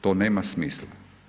To nema smisla.